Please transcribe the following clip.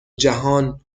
جهان